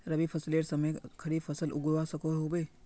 रवि फसलेर समयेत खरीफ फसल उगवार सकोहो होबे?